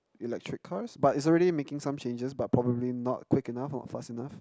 electric cars but it's already making some changes but probably not quick enough not fast enough